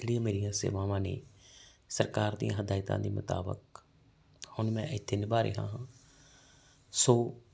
ਜਿਹੜੀ ਮੇਰੀਆਂ ਸੇਵਾਵਾਂ ਨੇ ਸਰਕਾਰ ਦੀਆਂ ਹਦਾਇਤਾਂ ਦੇ ਮੁਤਾਬਕ ਹੁਣ ਮੈਂ ਇੱਥੇ ਨਿਭਾ ਰਿਹਾ ਹਾਂ ਸੋ